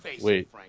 Wait